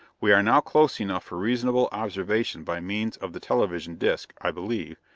we are now close enough for reasonable observation by means of the television disc, i believe,